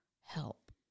help